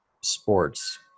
sports